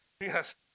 Yes